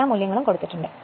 എല്ലാം കൊടുത്തിരിക്കുന്നു